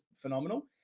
Phenomenal